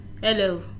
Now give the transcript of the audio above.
Hello